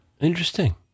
Interesting